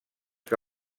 que